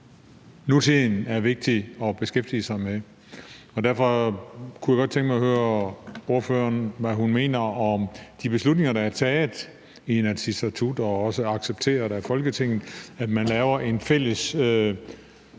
nutiden er vigtig at beskæftige sig med. Derfor kunne jeg godt tænke mig at høre ordføreren, hvad hun mener om de beslutninger, der er taget i Inatsisartut, og som også er accepteret af Folketinget, om, at man laver en fælles